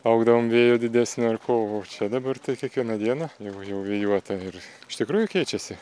augdavom vėjo didesnio ar kovo o čia dabar tai kiekvieną dieną jau mažiau vėjuota ir iš tikrųjų keičiasi